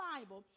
Bible